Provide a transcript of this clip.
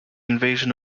invasion